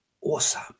awesome